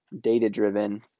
data-driven